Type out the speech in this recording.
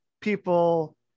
people